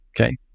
okay